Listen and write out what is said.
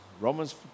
Romans